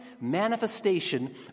manifestation